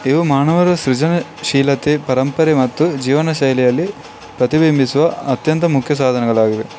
ಇವು ಮಾನವರ ಸೃಜನಶೀಲತೆ ಪರಂಪರೆ ಮತ್ತು ಜೀವನ ಶೈಲಿಯಲ್ಲಿ ಪ್ರತಿಬಿಂಬಿಸುವ ಅತ್ಯಂತ ಮುಖ್ಯ ಸಾಧನಗಳಾಗಿವೆ